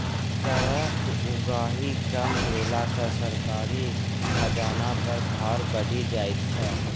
करक उगाही कम भेला सॅ सरकारी खजाना पर भार बढ़ि जाइत छै